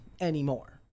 anymore